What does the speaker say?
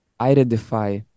identify